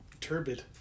turbid